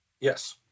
Yes